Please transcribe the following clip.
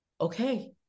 okay